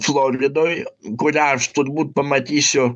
floridoj kurią aš turbūt pamatysiu